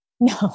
No